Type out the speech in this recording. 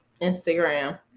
Instagram